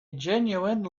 genuine